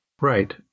Right